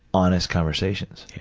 honest conversations.